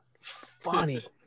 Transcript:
Funny